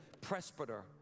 presbyter